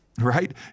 right